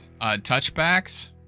touchbacks